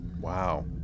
Wow